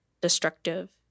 destructive